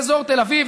באזור תל אביב,